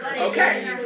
Okay